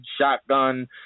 shotgun